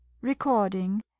Recording